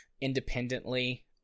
independently